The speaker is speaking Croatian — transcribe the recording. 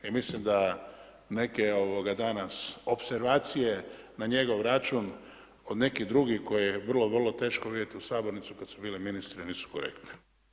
I mislim da neke danas opservacije na njegov račun od nekih drugih koje je vrlo, vrlo teško vidjeti u sabornici kada su bili ministri nisu korektne.